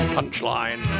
Punchline